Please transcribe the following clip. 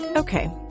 Okay